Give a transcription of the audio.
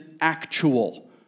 actual